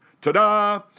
Ta-da